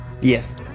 Yes